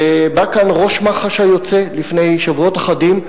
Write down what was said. ובא כאן ראש מח"ש היוצא לפני שבועות אחדים,